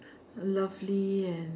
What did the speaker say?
lovely and